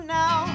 now